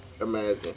imagine